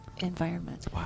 environment